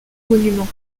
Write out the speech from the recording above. monument